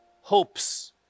hopes